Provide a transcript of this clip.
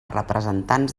representants